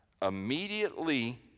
immediately